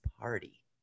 party